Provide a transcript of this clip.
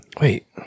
Wait